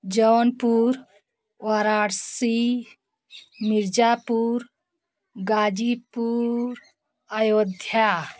Jaunpur Varanasi Mirzapur Ghazipur Ayodhya